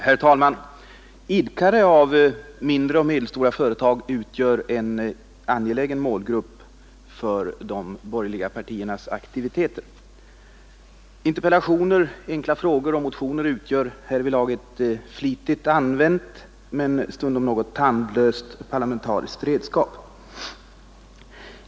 Herr talman! Idkare av mindre och medelstora företag utgör en angelägen målgrupp för de borgerliga partiernas aktiviteter. Interpellationer, enkla frågor och motioner utgör härvidlag ett flitigt använt men stundom något tandlöst parlamentariskt redskap.